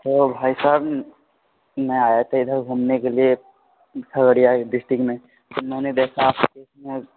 تو بھائی صاحب میں آیا تھا ادھر گھومنے کے لیے کھگڑیا ڈسٹرکٹ میں تو میں نے دیکھا آپ میں